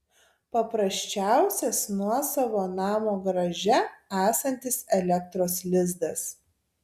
paprasčiausias nuosavo namo garaže esantis elektros lizdas